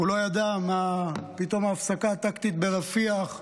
הוא לא ידע מההפסקה הטקטית ברפיח פתאום.